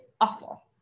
awful